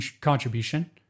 contribution